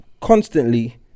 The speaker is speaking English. constantly